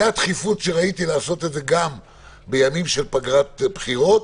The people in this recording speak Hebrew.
זו הדחיפות שראיתי לעשות את זה גם בימים של פגרת הבחירות,